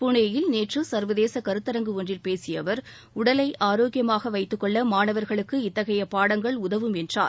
புனேயில் நேற்று சர்வதேச கருத்தரங்கு ஒன்றில் பேசிய அவர் உடலை ஆரோக்கியமாக வைத்துக்கொள்ள மாணவர்களுக்கு இத்தகைய பாடங்கள் உதவும் என்றார்